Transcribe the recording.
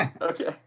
Okay